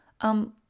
Um